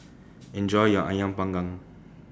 Enjoy your Ayam Panggang